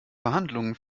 verhandlungen